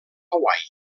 hawaii